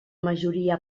majoria